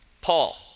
Paul